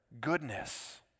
goodness